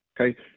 okay